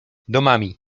domami